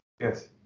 Yes